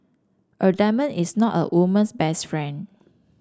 a diamond is not a woman's best friend